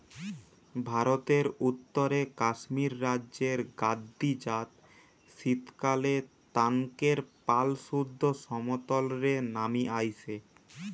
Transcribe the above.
ভারতের উত্তরে কাশ্মীর রাজ্যের গাদ্দি জাত শীতকালএ তানকের পাল সুদ্ধ সমতল রে নামি আইসে